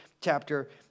chapter